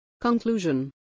Conclusion